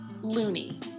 loony